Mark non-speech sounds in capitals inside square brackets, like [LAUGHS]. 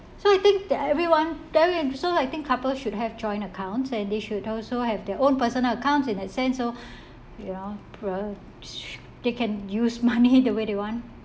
so I think that everyone tell you so I think couples should have joint accounts and they should also have their own personal accounts in that sense so [BREATH] they can use [LAUGHS] money the way they want